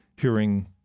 hearing